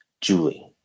Julie